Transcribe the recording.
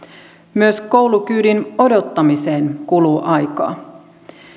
myös koulukyydin odottamiseen kuluu aikaa